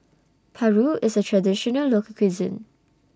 Paru IS A Traditional Local Cuisine